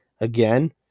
again